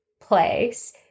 place